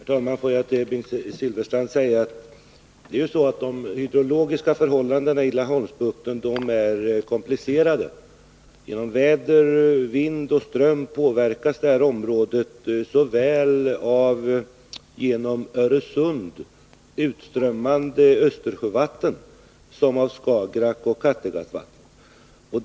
Herr talman! Får jag till Bengt Silfverstrand säga att de hydrologiska förhållandena i Laholmsbukten är komplicerade. Genom väder, vind och ström påverkas området såväl av genom Öresund utströmmande Östersjövatten som av Skagerackoch Kattegattvatten.